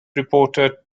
reporter